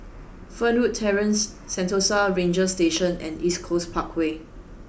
Fernwood Terrace Sentosa Ranger Station and East Coast Parkway